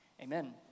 Amen